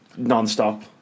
nonstop